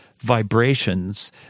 vibrations